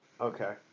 okay